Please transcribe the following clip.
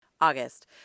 August